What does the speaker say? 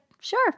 sure